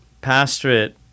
pastorate